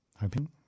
hoping